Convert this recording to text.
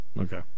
Okay